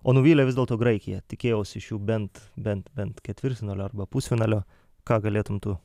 o nuvylė vis dėlto graikija tikėjausi iš jų bent bent bent ketvirtfinalio arba pusfinalio ką galėtum tu